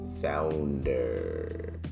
founder